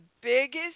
biggest